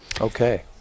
Okay